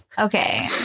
Okay